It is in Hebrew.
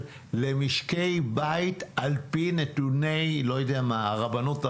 למשקי בית על פי נתוני לא יודע הרבנות הראשית.